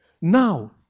Now